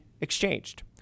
exchanged